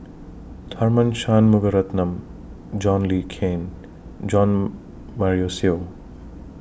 Tharman Shanmugaratnam John Le Cain Jo Marion Seow